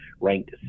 ranked